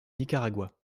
nicaragua